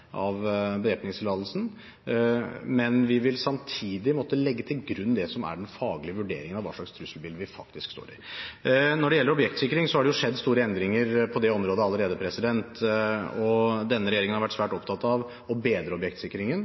av væpningstillatelsen, men vi vil samtidig måtte legge til grunn det som er den faglige vurderingen av hva slags trusselbilde vi faktisk står i. Når det gjelder objektsikring, er det jo skjedd store endringer på det området allerede. Denne regjeringen har vært svært opptatt av å bedre objektsikringen.